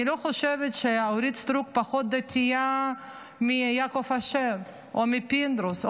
אני לא חושבת שאורית סטרוק פחות דתייה מיעקב אשר או מפינדרוס,